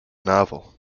novel